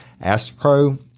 Astropro